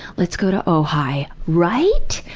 let's go to ohi. right?